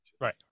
Right